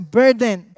burden